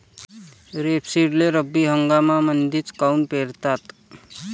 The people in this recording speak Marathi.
रेपसीडले रब्बी हंगामामंदीच काऊन पेरतात?